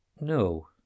no